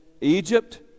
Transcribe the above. Egypt